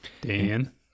Dan